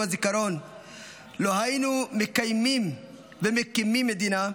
הזיכרון לא היינו מקיימים ומקימים מדינה,